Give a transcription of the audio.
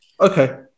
Okay